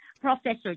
professor